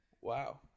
Wow